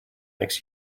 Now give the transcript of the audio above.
makes